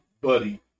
buddy